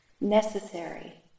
necessary